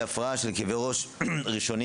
היא הפרעה של כאבי ראש ראשוניים,